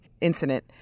incident